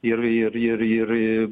ir ir ir ir